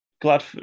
glad